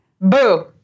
Boo